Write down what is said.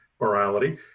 morality